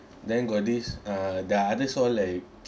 then got this uh there are others all like